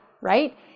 right